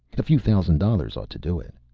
a few thousand dollars ought to do it.